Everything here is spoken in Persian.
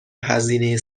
هزینه